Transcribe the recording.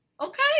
Okay